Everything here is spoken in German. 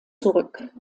zurück